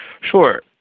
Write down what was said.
Sure